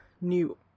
New